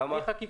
למה?